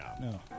No